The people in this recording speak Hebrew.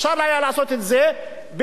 אפשר היה לעשות את זה בראש-העין,